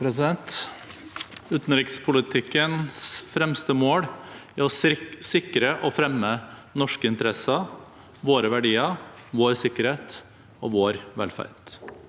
Uten- rikspolitikkens fremste mål er å sikre og fremme norske interesser – våre verdier, vår sikkerhet og vår velferd.